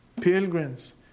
pilgrims